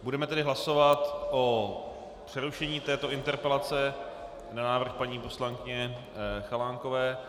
Budeme tedy hlasovat o přerušení této interpelace na návrh paní poslankyně Chalánkové.